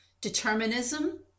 determinism